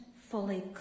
fully